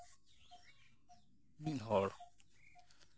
ᱢᱤᱫ ᱦᱚᱲ